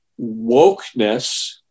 wokeness